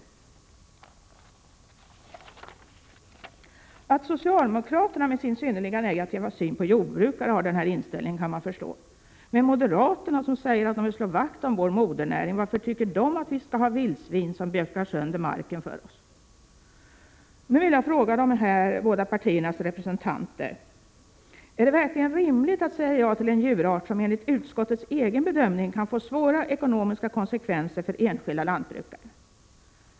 Att socialdemokraterna med sin synnerligen negativa syn på jordbrukare har den inställningen, kan jag förstå. Men moderaterna, som säger att de vill 31 1. Är det verkligen rimligt att säga ja till en djurart som enligt utskottets egen bedömning kan få svåra ekonomiska konsekvenser för enskilda lantbrukare?